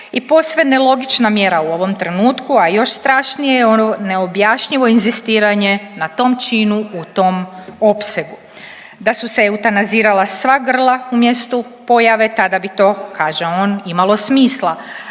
i posve nelogična mjera u ovom trenutku, a još strašnije je ono neobjašnjivo inzistiranje na tom činu u tom opsegu. Da su se eutanazirala sva grla u mjestu pojave tada bi to kaže on imalo smisla,